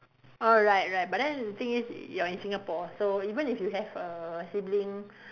oh right right but then the thing is you're in Singapore so even if you have a sibling